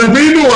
תבינו.